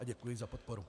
Děkuji za podporu.